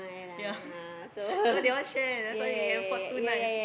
ya so they all share that's why they can afford two nights